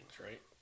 right